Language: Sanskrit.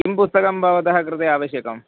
किं पुस्तकं भवतः कृते आवश्यकम्